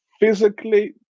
physically